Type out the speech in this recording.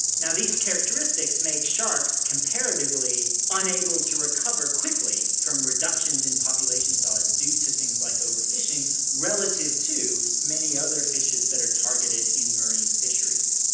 now these characteristics make sharks comparatively unable to recover quickly from reductions in population size due to things like over-fishing relative to many other fishes that are targeted in marine fisheries.